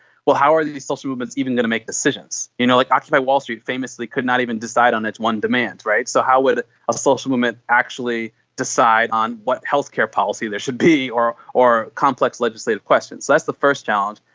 well, how are these social movements even going to make decisions? you know, like occupy wall street famously could not even decide on its one demand, so how would a social movement actually decide on what healthcare policy there should be or or complex legislative questions? that's the first challenge.